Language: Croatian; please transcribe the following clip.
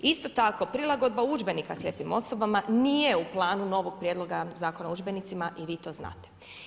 Isto tako prilagodba udžbenika slijepim osobama nije u planu novog Prijedloga zakona o udžbenicima i vi to znate.